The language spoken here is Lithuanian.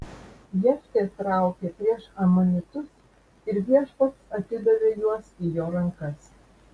jeftė traukė prieš amonitus ir viešpats atidavė juos į jo rankas